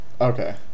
Okay